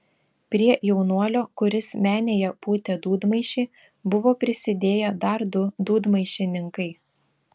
prie jaunuolio kuris menėje pūtė dūdmaišį buvo prisidėję dar du dūdmaišininkai